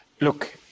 Look